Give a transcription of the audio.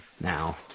now